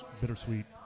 bittersweet